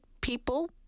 people